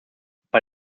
bei